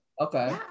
Okay